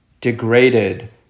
degraded